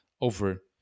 over